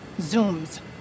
Zooms